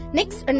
Next